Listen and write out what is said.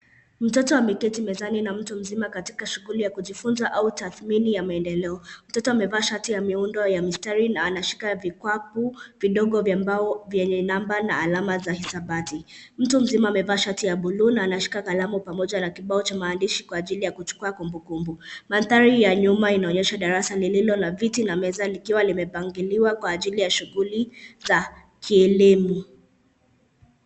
Mtoto ameketi mezani na mtu mzima katika shughuli ya kujifunza au tathmini ya maendeleo. Mtoto amevaa shati ya miundo ya mistari na anashika vikwapu vidogo vya mbao vyenye namba na alama za hisabati. Mtu mzima amevaa shati ya buluu na anashika kalamu pamoja na kibao cha maandishi kwa ajili ya kuchukua kumbukumbu. Mandhari ya nyuma ina onyesha darasa lilio na viti na meza likiwa lime pangiliwa kwa ajili ya shuguli za kielimu.